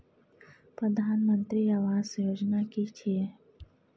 प्रधानमंत्री आवास योजना कि छिए?